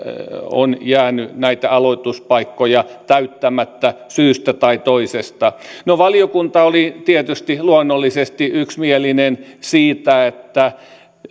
on jäänyt näitä aloituspaikkoja täyttämättä syystä tai toisesta no valiokunta oli tietysti luonnollisesti yksimielinen siitä että